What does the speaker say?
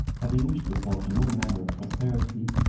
having wished the sultan all manner of prosperity,